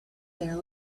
there